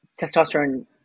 testosterone